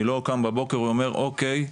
אני לא קם בבוקר ואומר אוקיי,